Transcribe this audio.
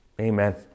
amen